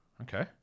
Okay